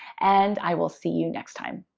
and i will see you next time.